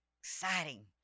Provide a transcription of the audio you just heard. Exciting